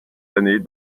années